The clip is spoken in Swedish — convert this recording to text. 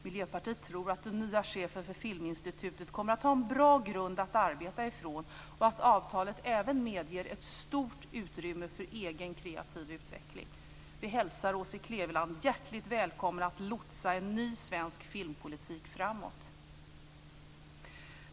Miljöpartiet tror att den nya chefen för Filminstitutet kommer att ha en bra grund att arbeta ifrån och att avtalet även medger ett stort utrymme för egen kreativ utveckling. Vi hälsar Åse Kleveland hjärtligt välkommen att lotsa en ny svensk filmpolitik framåt!